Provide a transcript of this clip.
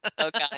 Okay